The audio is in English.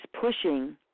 pushing